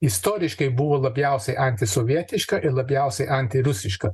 istoriškai buvo labiausiai antisovietiška ir labiausiai antirusiška